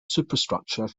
superstructure